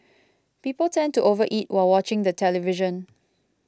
people tend to over eat while watching the television